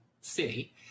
city